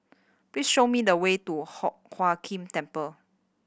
please show me the way to Hock Huat Keng Temple